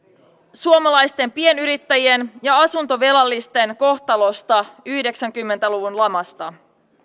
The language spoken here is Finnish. suomalaisten pienyrittäjien ja asuntovelallisten kohtalosta yhdeksänkymmentä luvun lamassa